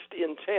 intent